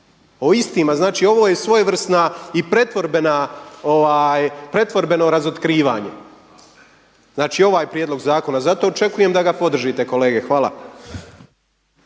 O istima, znači ovo je svojevrsna i pretvorbeno razotkrivanje, znači ovaj prijedlog zakona. Zato očekujem da ga podržite kolege. Hvala.